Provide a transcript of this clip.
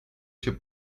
się